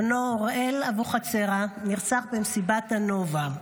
בנו אוראל אבוחצירה נרצח במסיבת הנובה.